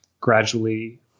gradually